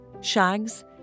shags